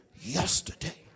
yesterday